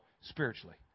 spiritually